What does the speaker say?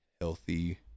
healthy